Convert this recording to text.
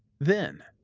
then,